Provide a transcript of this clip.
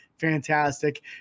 Fantastic